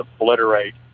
obliterate